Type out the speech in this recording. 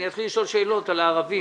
אני אתחיל לשאול שאלות על הערבים.